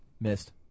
Missed